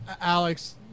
Alex